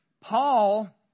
paul